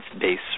base